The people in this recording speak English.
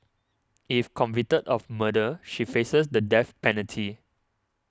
if convicted of murder she faces the death penalty